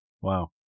Wow